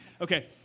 Okay